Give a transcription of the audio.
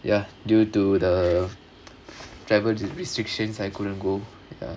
ya due to the travel restrictions I couldn't go ya